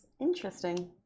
interesting